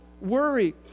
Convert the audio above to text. worry